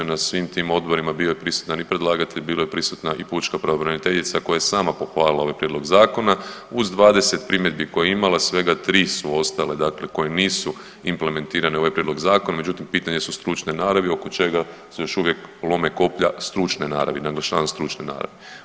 Na svim tim odborima bio je prisutan i predlagatelj i bila je prisutna i pučka pravobraniteljica koja je sama pohvalila ovaj prijedlog zakona, uz 20 primjedbi koje je imala svega 3 su ostale dakle koje nisu implementirane u ovaj prijedlog zakona, međutim pitanja su stručne naravi oko čega se još uvijek lome koplja stručne naravi, naglašavam stručne naravi.